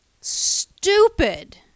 stupid